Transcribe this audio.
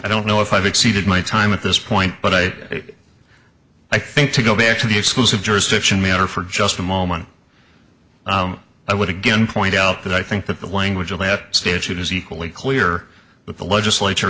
i don't know if i've exceeded my time at this point but i i think to go back to the exclusive jurisdiction matter for just a moment i would again point out that i think that the language of that statute is equally clear that the legislature